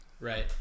Right